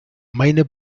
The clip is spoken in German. meine